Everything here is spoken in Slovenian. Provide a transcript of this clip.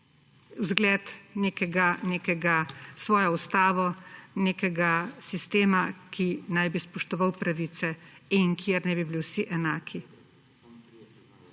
Amerike s svojo ustavo zgled nekega sistema, ki naj bi spoštoval pravice in kjer naj bi bili vsi enaki.